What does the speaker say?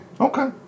Okay